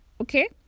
Okay